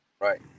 Right